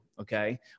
okay